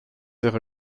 ihre